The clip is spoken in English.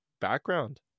background